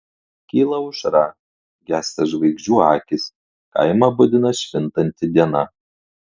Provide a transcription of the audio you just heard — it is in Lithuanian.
kyla aušra gęsta žvaigždžių akys kaimą budina švintanti diena